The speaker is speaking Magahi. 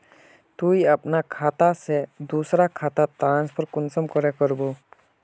तुई अपना खाता से दूसरा खातात ट्रांसफर कुंसम करे करबो?